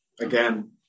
Again